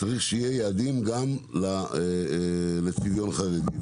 צריך שיהיו יעדים גם לציבור החרדי.